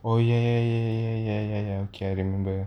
oh ya ya ya ya ya ya I remember